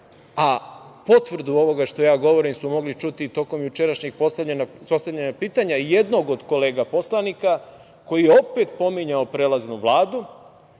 a potvrdu ovoga što ja govorim smo mogli čuti tokom jučerašnjeg postavlja pitanja jednog od kolega poslanika, koji je opet pominjao prelaznu vladu,